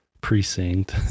precinct